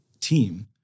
team